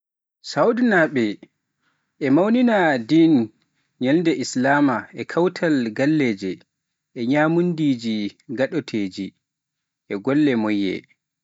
Sawuudnaaɓe ina mawnina ɗeen ñalɗi lislaam e kawral galleeji, e ñaamduuji gaadanteeji, e golle moƴƴe.